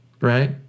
right